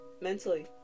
mentally